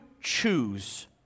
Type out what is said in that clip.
choose